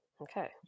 Okay